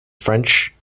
french